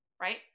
right